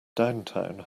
downtown